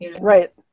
Right